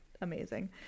amazing